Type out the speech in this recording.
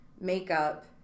makeup